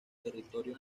territorio